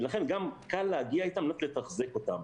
ולכן, קל להגיע איתם ולתחזק אותם.